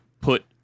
put